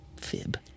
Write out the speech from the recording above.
fib